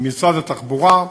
עם משרד התחבורה.